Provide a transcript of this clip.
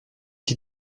die